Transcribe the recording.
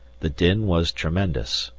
the din was tremendous,